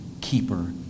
keeper